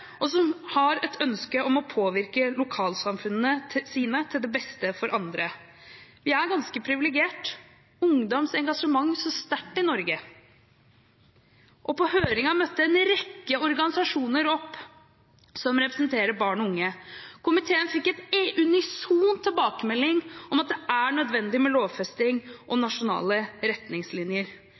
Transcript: og som har et ønske om å påvirke lokalsamfunnene sine til det beste for andre. Vi er ganske privilegerte – ungdoms engasjement står sterkt i Norge. På høringen møtte en rekke organisasjoner opp som representerer barn og unge. Komiteen fikk en unison tilbakemelding om at det er nødvendig med lovfesting og nasjonale retningslinjer.